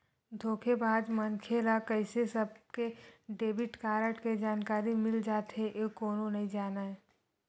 धोखेबाज मनखे ल कइसे सबके डेबिट कारड के जानकारी मिल जाथे ए कोनो नइ जानय